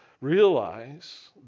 realize